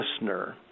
listener